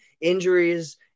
injuries